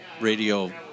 radio